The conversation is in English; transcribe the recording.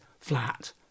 flat